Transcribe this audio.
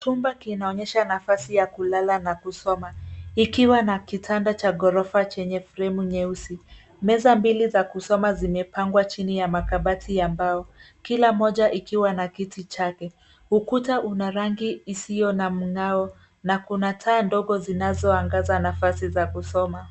Chumba kinaonyesha nafasi ya kulala na kusoma ikiwa na kitanda cha gorofa chenye fremu nyeusi. Meza mbili za kusoma zimepangwa chini ya makabati ya mbao. Kila moja ikiwa na kiti chake. Ukuta una rangi isio na mng'ao na kuna taa ndogo zinazoangaza nafasi za kusoma.